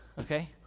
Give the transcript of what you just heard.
okay